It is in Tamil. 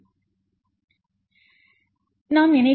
எனவே நாம் இணைப்பைக் கொடுக்கிறோம்